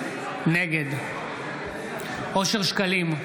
נגד אושר שקלים,